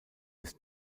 ist